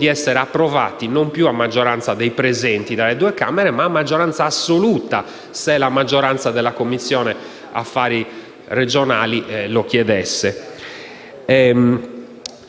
essere approvati non più a maggioranza dei presenti dalle due Camere, ma a maggioranza assoluta qualora la maggioranza della Commissione per le questioni regionali lo chiedesse.